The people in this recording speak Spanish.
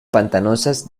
pantanosas